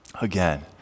Again